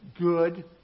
good